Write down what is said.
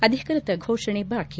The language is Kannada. ಅಧಿಕೃತ ಘೋಷಣೆ ಬಾಕಿ